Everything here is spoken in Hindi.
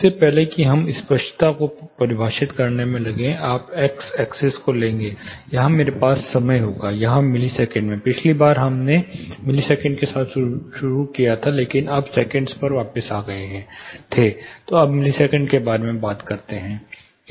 इससे पहले कि हम स्पष्टता को परिभाषित करने में लगें आप एक्स एक्सिस को लेंगे यहां मेरे पास समय होगा यहाँ मिलीसेकंड में पिछली बार जब हमने मिली सेकेंड्स के साथ शुरू किया था लेकिन हम सेकेंड्स पर वापस आ गए थे तो अब मिलिसेकंड के बारे में बात करते हैं